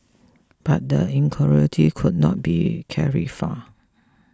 but the incongruity could not be carried far